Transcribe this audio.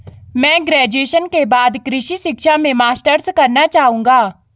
मैं ग्रेजुएशन के बाद कृषि शिक्षा में मास्टर्स करना चाहूंगा